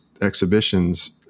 exhibitions